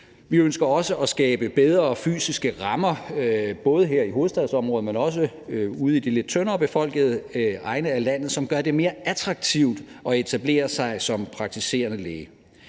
Vi ønsker også at skabe bedre fysiske rammer, både her i hovedstadsområdet, men også ude i de lidt tyndere befolkede egne af landet, som gør det mere attraktivt at etablere sig som praktiserende læge.